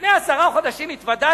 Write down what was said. לפני עשרה חודשים התוודעתי,